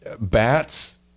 bats